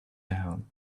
down